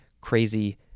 crazy